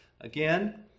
Again